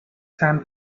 sand